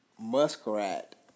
Muskrat